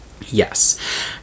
Yes